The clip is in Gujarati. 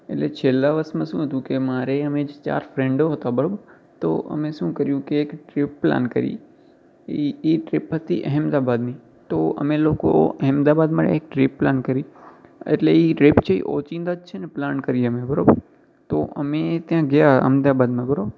એટલે છેલ્લાં વર્ષમાં શું હતું કે મારે અમે ચાર ફ્રૅન્ડો હતા બરાબર તો અમે શું કર્યું કે એક ટ્રીપ પ્લાન કરી એ ટ્રીપ હતી અહેમદાબાદની તો અમે લોકો અહેમદાબાદમાં એક ટ્રીપ પ્લાન કરી એટલે એ ટ્રીપ છે ઓચિંતા છે ને પ્લાન કરી અમે બરાબર તો અમે ત્યાં ગયાં અહમદાબાદમાં બરાબર